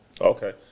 Okay